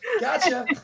Gotcha